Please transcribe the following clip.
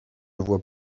vois